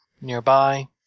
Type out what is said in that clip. nearby